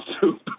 soup